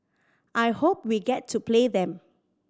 I hope we get to play them